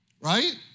Right